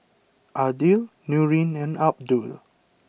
Aidil Nurin and Abdul